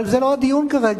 אבל זה לא הדיון כרגע.